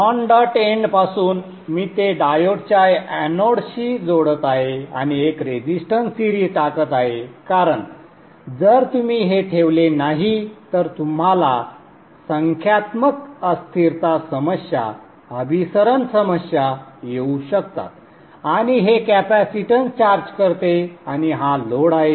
non dot एंडपासून मी ते डायोडच्या एनोडशी जोडत आहे आणि एक रेझिस्टन्स सिरीज टाकत आहे कारण जर तुम्ही हे ठेवले नाही तर तुम्हाला संख्यात्मक अस्थिरता समस्या अभिसरण समस्या येऊ शकतात आणि हे कॅपेसिटन्स चार्ज करते आणि हा लोड आहे